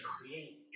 create